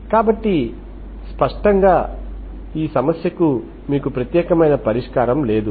కాబట్టి స్పష్టంగా ఈ సమస్యకు మీకు ప్రత్యేకమైన పరిష్కారం లేదు